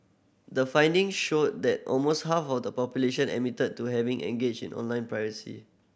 the findings showed that almost half of the population admitted to having engaged in online piracy